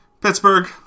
Pittsburgh